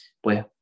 pues